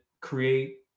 create